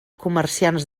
comerciants